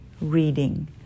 reading